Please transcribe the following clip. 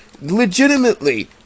Legitimately